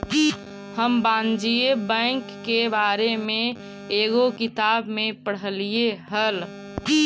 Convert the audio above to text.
हम वाणिज्य बैंक के बारे में एगो किताब में पढ़लियइ हल